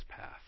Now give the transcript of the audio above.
path